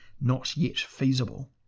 not-yet-feasible